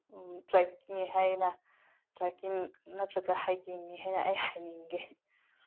ꯇ꯭ꯔꯦꯛꯅꯤ ꯍꯥꯏꯅ ꯇ꯭ꯔꯦꯛꯀꯤꯡ ꯅꯠꯇ꯭ꯔꯒ ꯍꯥꯏꯛꯀꯤꯡꯅꯤ ꯍꯥꯏꯅ ꯑꯩ ꯍꯥꯏꯅꯤꯡꯉꯦ